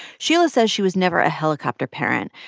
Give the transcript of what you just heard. sheila says she was never a helicopter parent,